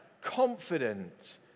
confident